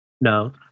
No